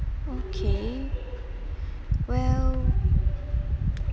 okay well